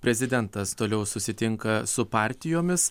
prezidentas toliau susitinka su partijomis